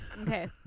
Okay